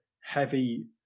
heavy